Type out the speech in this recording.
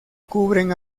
cubren